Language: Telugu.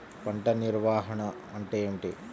పంట నిర్వాహణ అంటే ఏమిటి?